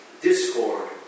discord